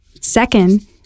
Second